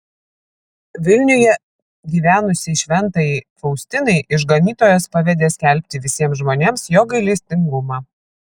vilniuje gyvenusiai šventajai faustinai išganytojas pavedė skelbti visiems žmonėms jo gailestingumą